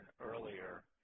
earlier